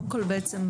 בבקשה.